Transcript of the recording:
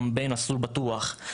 קמפיין "מסלול בטוח",